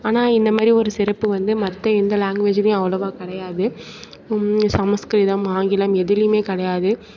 ஆனால் இந்த மாதிரி ஒரு சிறப்பு வந்து மற்ற எந்த லாங்வேஜ்லேயும் அவ்வளோவா கிடையாது சம்ஸ்கிருதம் ஆங்கிலம் எதுலேயுமே கிடையாது